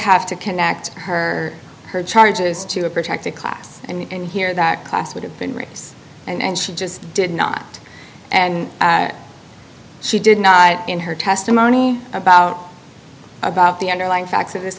have to connect her her charges to a protected class and here that class would have been race and she just did not and she did not in her testimony about about the underlying facts of this